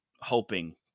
hoping